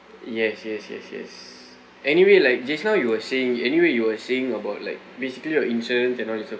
yes yes yes yes anyway like just now you were saying anyway you were saying about like basically your insurance and all is a